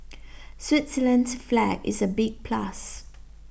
Switzerland's flag is a big plus